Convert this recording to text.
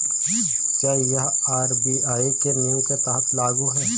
क्या यह आर.बी.आई के नियम के तहत लागू है?